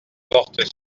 porte